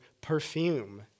perfume